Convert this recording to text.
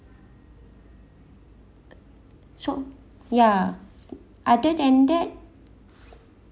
sure yeah other than that